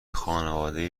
خانواده